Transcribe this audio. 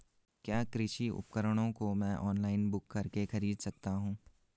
क्या कृषि उपकरणों को मैं ऑनलाइन बुक करके खरीद सकता हूँ?